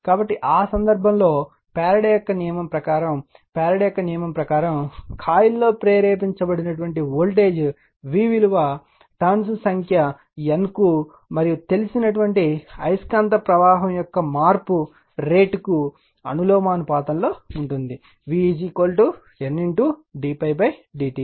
కాబట్టి ఆ సందర్భంలో ఫారడే యొక్క నియమం ప్రకారం ఫారడే యొక్క నియమం ప్రకారం కాయిల్లో ప్రేరేపించబడిన వోల్టేజ్ v విలువ టర్న్స్ సంఖ్య N కు మరియు తెలిసిన అయస్కాంత ప్రవాహం యొక్క మార్పు రేటు కు అనులోమానుపాతంలో ఉంటుంది v N d ∅ dt